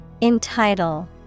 Entitle